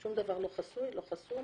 שום דבר לא חסוי או חסום